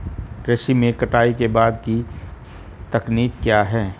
कृषि में कटाई के बाद की तकनीक क्या है?